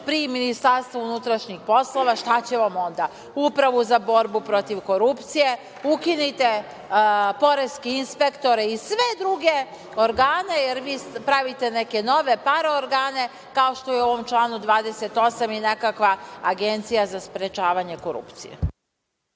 pri Ministarstvu unutrašnjih poslova, šta će vam onda, Upravu za borbu protiv korupcije, ukinite poreske inspektore i sve druge organe, jer vi pravite neke nove paraorgane, kao što je u ovom članu 28. i nekakva Agencija za sprečavanje korupcije.